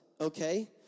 okay